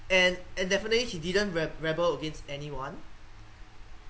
and and definitely he didn't re~ rebel against anyone